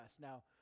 Now